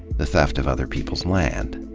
the theft of other people's land.